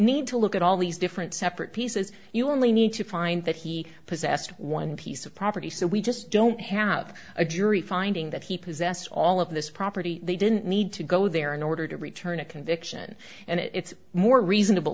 need to look at all these different separate pieces you only need to find that he possessed one piece of property so we just don't have a jury finding that he possess all of this property they didn't need to go there in order to return a conviction and it's more reasonable